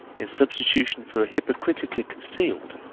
in substitution for a hypocritically concealed,